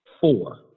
four